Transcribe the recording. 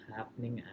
happening